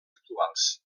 actuals